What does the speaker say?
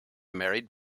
married